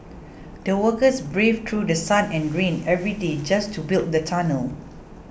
the workers braved through sun and rain every day just to build the tunnel